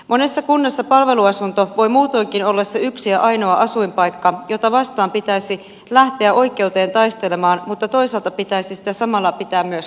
monessa kunnassa palveluasunto voi muutoinkin olla se yksi ja ainoa asuinpaikka jota vastaan pitäisi lähteä oikeuteen taistelemaan mutta toisaalta pitäisi sitä samalla pitää myös kotinaan